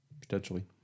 potentially